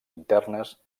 internes